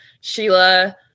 Sheila